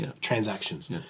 transactions